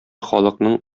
халыкның